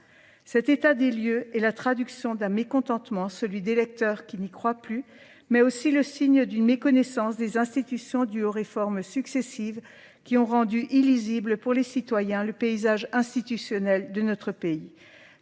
Cet état des lieux est la traduction d'un mécontentement, celui d'électeurs qui n'y croient plus, mais aussi le signe d'une méconnaissance des institutions du haut-réforme successif qui ont rendu illisible pour les citoyens le paysage institutionnel de notre pays.